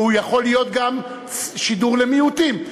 והוא יכול להיות גם שידור למיעוטים,